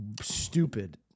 stupid